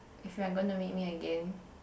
if you are going to meet me again